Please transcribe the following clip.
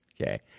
okay